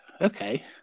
okay